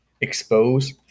expose